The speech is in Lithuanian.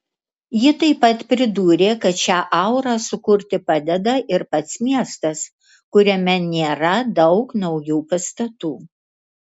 ji taip pat pridūrė kad šią aurą sukurti padeda ir pats miestas kuriame nėra daug naujų pastatų